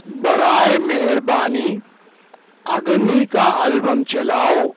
برائے مہربانی اگنی کا البم چلاؤ